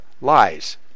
lies